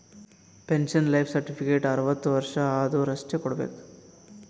pension life certificate ಅರ್ವತ್ ವರ್ಷ ಆದ್ವರು ಅಷ್ಟೇ ಕೊಡ್ಬೇಕ